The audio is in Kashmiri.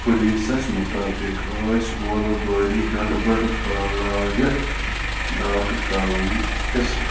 پولیٖسَس مطٲبق ٲسۍ گوٗلہٕ بٲری گڑھ بڑھ پھہلٲوِتھ ڈاكہٕ ترٛاونٕكۍ حِصہٕ